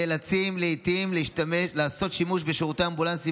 נאלצים לעיתים לעשות שימוש בשירותי אמבולנסים